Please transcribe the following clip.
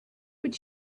but